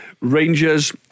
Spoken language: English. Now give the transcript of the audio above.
Rangers